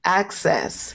access